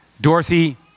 Dorothy